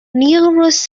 nearest